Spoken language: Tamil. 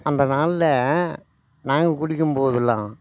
அந்த நாளில் நாங்கள் குளிக்கும்போதெலாம்